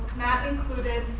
matt included.